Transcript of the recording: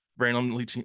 randomly